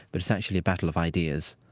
but it's actually a battle of ideas